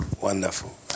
Wonderful